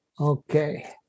Okay